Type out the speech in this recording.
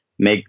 make